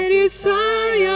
desire